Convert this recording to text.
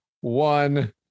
one